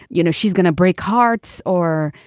you know, she's gonna break hearts or,